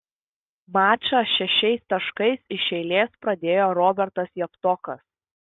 mačą šešiais taškais iš eilės pradėjo robertas javtokas